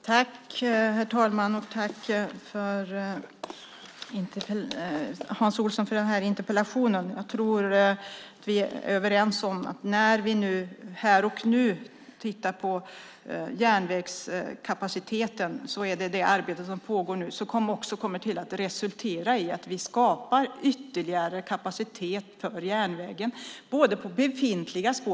Herr talman! Tack, Hans Olsson, för interpellationen. Jag tror att vi är överens om att det arbete som nu pågår när det gäller järnvägskapaciteten kommer att resultera i att vi skapar ytterligare kapacitet för järnvägen på befintliga spår.